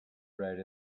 write